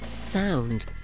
sound